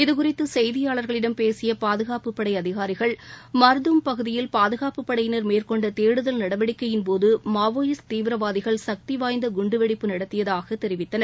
இதுகுறித்து செய்தியாளர்களிடம் பேசிய பாதுகாப்பு படை அதிகாரிகள் மார்தும் பகுதியில் பாதுகாப்பு படையினர் மேற்கொண்ட தேடுதல் நடவடிக்கையின் போது மாவோயிஸ்ட் தீவிரவாதிகள் சக்தி வாய்ந்த குண்டு வெடிப்பு நடத்தியதாக தெரிவித்தனர்